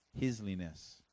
hisliness